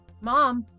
Mom